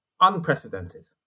unprecedented